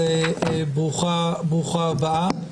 אז ברוכה הבאה.